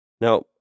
Now